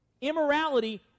Immorality